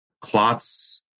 clots